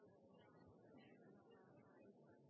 virksomhet, men forutsetter at det